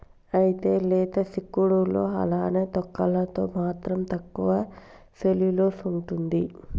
అయితే లేత సిక్కుడులో అలానే తొక్కలలో మాత్రం తక్కువ సెల్యులోస్ ఉంటుంది